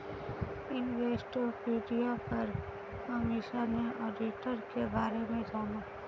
Investopedia पर अमीषा ने auditor के बारे में जाना